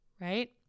right